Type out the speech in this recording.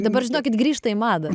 dabar žinokit grįžta į madą